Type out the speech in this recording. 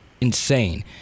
Insane